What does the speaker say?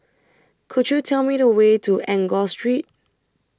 Could YOU Tell Me The Way to Enggor Street